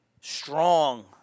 strong